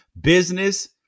business